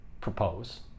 propose